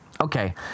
okay